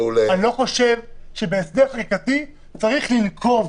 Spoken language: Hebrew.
אני לא חושב שבהסדר חקיקתי צריך לנקוב